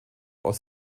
aus